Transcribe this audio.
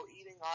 eating